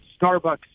Starbucks